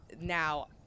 now